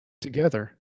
together